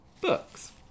books